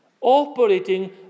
operating